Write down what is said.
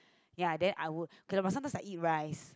ya then I would okay but sometimes I eat rice